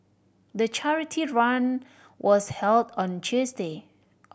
the charity run was held on Tuesday